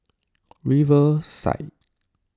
riverside